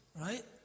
right